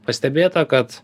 pastebėta kad